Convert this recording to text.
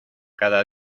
cada